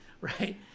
right